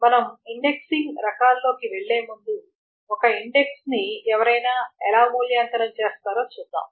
మనం ఇండెక్సింగ్ రకాల్లోకి వెళ్లే ముందు ఒక ఇండెక్స్ని ఎవరైనా ఎలా మూల్యాంకనం చేస్తారో చూద్దాం